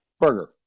burger